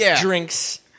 drinks